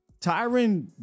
Tyron